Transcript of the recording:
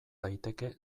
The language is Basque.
daiteke